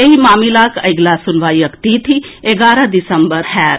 एहि मामिलाक अगिला सुनवाईक तिथि एगारह दिसम्बर होएत